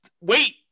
wait